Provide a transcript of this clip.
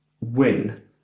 win